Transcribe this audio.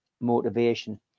motivation